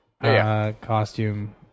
costume